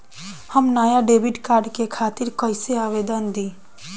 हम नया debit card के खातिर कइसे आवेदन दीं?